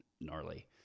gnarly